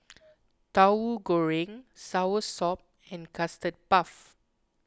Tauhu Goreng Soursop and Custard Puff